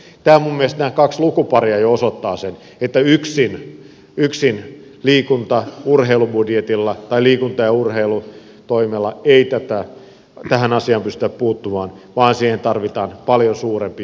minun mielestäni nämä kaksi lukua jo osoittavat että yksin liikunta ja urheilubudjetilla tai liikunta ja urheilutoimella ei tähän asiaan pystytä puuttumaan vaan siihen tarvitaan paljon suurempi joukko